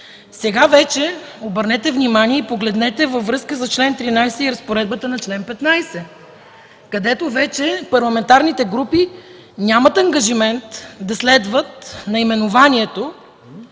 Сега обърнете внимание и погледнете, че във връзка с чл. 13 е и разпоредбата на чл. 15, където парламентарните групи нямат ангажимент да следват наименованието